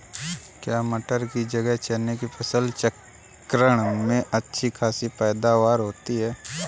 क्या मटर की जगह चने की फसल चक्रण में अच्छी खासी पैदावार होती है?